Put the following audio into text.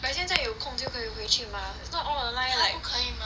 but 现在有空就可以回去 mah it's not all online like